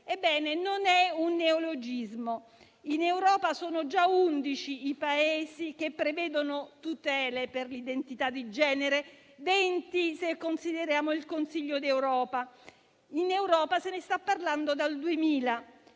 Non è però un neologismo, tanto che in Europa sono già 11 i Paesi che prevedono tutele per l'identità di genere (sono 20, se consideriamo il Consiglio d'Europa). In Europa se ne sta parlando dal 2000